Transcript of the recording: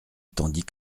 tandis